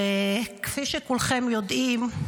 וכפי שכולכם יודעים,